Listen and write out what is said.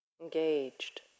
Engaged